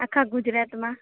આખા ગુજરાતમાં